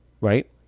Right